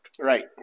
Right